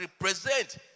represent